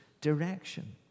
direction